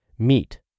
meat